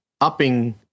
upping